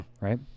right